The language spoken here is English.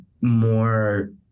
more